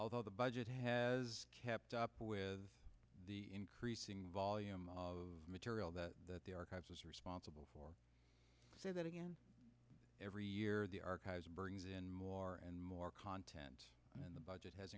although the budget has kept up with the increasing volume of material that the archives is responsible for so that again every year the archives brings in more and more content and the budget has